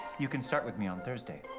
you can start with me on thursday.